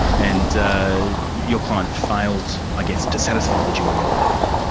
and your client failed, i guess, to satisfy the jury of that.